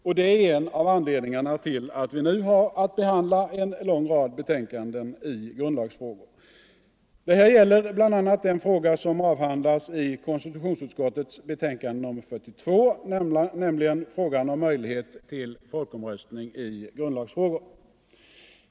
Och det är en av anledningarna till att vi nu har att behandla en lång rad betänkanden i grundlagsfrågor. Detta gäller bl.a. den fråga som behandlas i konstitutionsutskottets betänkande nr 42, nämligen frågan om möjlighet till folkomröstning i grundlagsfrågor.